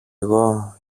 εγώ